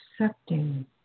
accepting